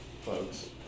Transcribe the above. folks